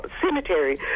cemetery